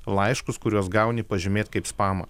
laiškus kuriuos gauni pažymėt kaip spamą